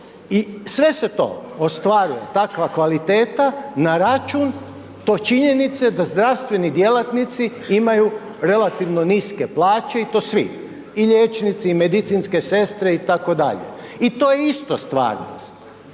i sve se to ostvaruje takva kvaliteta na račun to činjenice da zdravstveni djelatnici imaju relativno niske plaće i to svi, i liječnici i medicinske sestre itd. i to je isto stvarnost